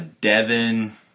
Devin